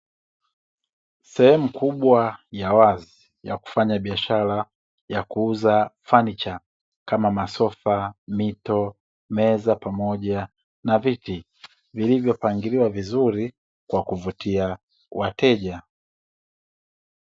Sehemu kubwa ya wazi ya kufanya biashara ya kuuza thamani kama: masofa, mito, meza pamoja na viti, vilivyopangiliwa vizuri kwa ya kuvutia wateja .